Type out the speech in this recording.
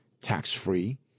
tax-free